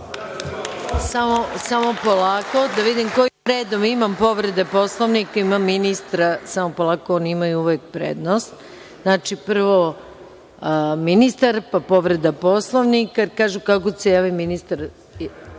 Samo polako. Da vidim kojim redom, imam povrede Poslovnika, imam ministra. Ministri imaju uvek prednost. Znači, prvo ministar, pa povreda Poslovnika, jer kažu kad god se javi ministar